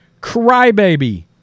Crybaby